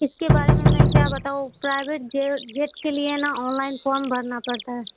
اس کے بارے میں میں کیا بتاؤں پرائیویٹ جیٹ کے لیے نا آن لائن فارم بھرنا پڑتا ہے